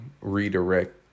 redirect